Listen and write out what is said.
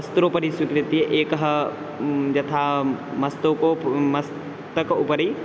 वस्त्रोपरि स्वीकृत्य एकः यथा मस्तको पु मस्तकोपरि